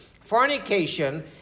Fornication